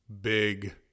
Big